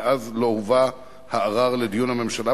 מאז לא הובא הערר לדיון בממשלה,